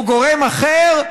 או גורם אחר,